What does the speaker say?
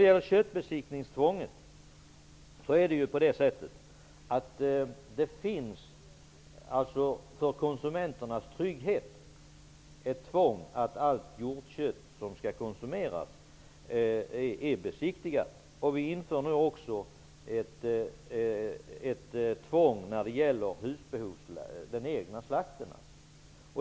För konsumenternas trygghet finns ett köttbesiktningstvång, som innebär att allt hjortkött som skall konsumeras skall vara besiktigat. Nu inför vi också ett besiktningstvång vid husbehovsslakt, alltså vid den egna slakten.